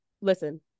listen